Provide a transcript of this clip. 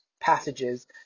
passages